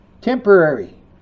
Temporary